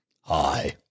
Hi